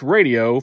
Radio